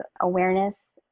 awareness